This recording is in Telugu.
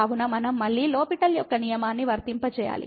కాబట్టి మనం మళ్ళీ లో పిటెల్ L'Hospital యొక్క నియమాన్ని వర్తింపజేయాలి